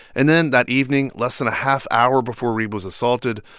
and then that evening, less than a half hour before reeb was assaulted,